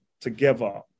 together